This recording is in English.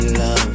love